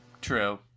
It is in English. True